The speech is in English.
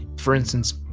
for instance,